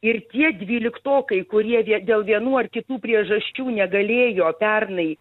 ir tie dvyliktokai kurie dėl vienų ar kitų priežasčių negalėjo pernai